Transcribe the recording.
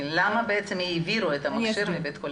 למה בעצם העבירו את המכשיר מבית החולים?